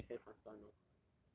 I mean there's hair transplant orh